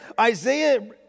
Isaiah